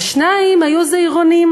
ושניים היו זעירונים,